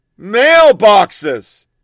mailboxes